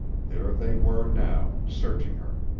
there they were now searching her.